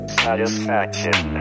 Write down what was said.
satisfaction